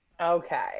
Okay